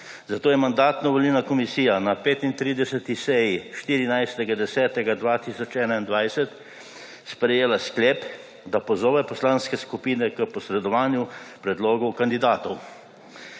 zato je Mandatno-volilna komisija na 35. seji 14. 10. 2021 sprejela sklep, da pozove poslanske skupine k posredovanju predlogov kandidatov.